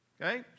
okay